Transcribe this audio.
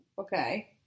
okay